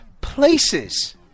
places